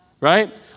right